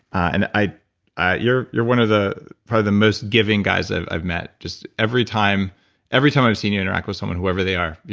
and ah you're you're one of the, probably the most giving guys i've i've met. just every time every time i've seen you interact with someone, whoever they are,